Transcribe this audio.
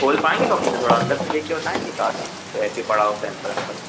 खोल पाएंगे पापीता थोड़ा अंदर से देख के बताएंगे का कैसे पड़ा होते हैं पाइनएप्पल